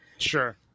Sure